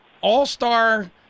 all-star